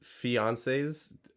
fiancés